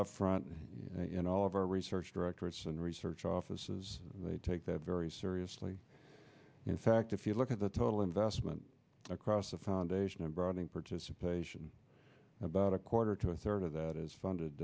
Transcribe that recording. the front in all of our research directorates and research offices they take that very seriously in fact if you look at the total investment across the foundation a broadening participation about a quarter to a third of that is funded